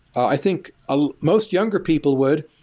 i think ah most younger people would.